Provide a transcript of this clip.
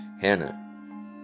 Hannah